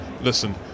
listen